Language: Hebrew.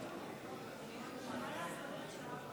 חברי הכנסת,